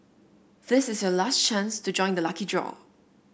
this is your last chance to join the lucky draw